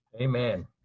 Amen